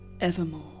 evermore